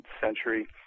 century